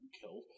killed